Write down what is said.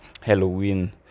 Halloween